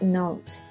note